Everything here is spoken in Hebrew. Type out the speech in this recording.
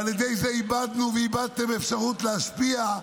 ועל ידי זה איבדנו ואיבדתם אפשרות להשפיע,